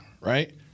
right